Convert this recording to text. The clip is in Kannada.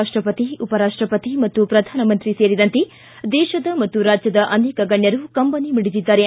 ರಾಷ್ಟಪತಿ ಉಪರಾಷ್ಟಪತಿ ಮತ್ತು ಪ್ರಧಾನಮಂತ್ರಿ ಸೇರಿದಂತೆ ದೇಶದ ಮತ್ತು ರಾಜ್ಯದ ಅನೇಕ ಗಣ್ಯರು ಕಂಬನಿ ಮಿಡಿದಿದ್ದಾರೆ